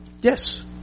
Yes